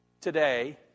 today